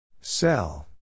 Sell